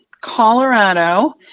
Colorado